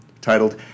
titled